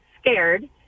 scared